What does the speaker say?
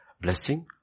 Blessing